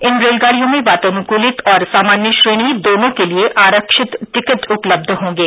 इन रेलगाड़ियों में वातानुकूलित और सामान्य श्रेणी दोनों के लिए आरक्षित टिकट उपलब्ध होंगे